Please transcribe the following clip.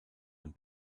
ein